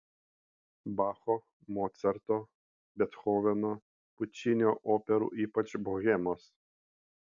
bacho mocarto bethoveno pučinio operų ypač bohemos